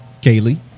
Kaylee